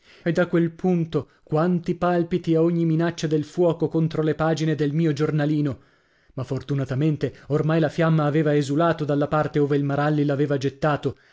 e da quel punto quanti palpiti a ogni minaccia del fuoco contro le pagine del mio giornalino ma fortunatamente ormai la fiamma aveva esulato dalla parte ove il maralli l'aveva gettato